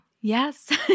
Yes